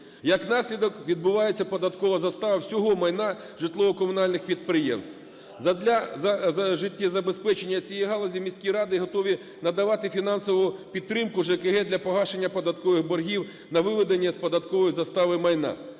як наслідок, відбувається податкова застава всього майна житлово-комунальних підприємств. Задля життєзабезпечення цієї галузі міські ради готові надавати фінансову підтримку ЖКГ для погашення податкових боргів на виведення з податкової застави майна.